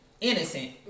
innocent